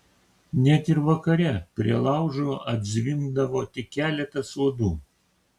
net ir vakare prie laužo atzvimbdavo tik keletas uodų